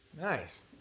Nice